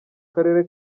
karere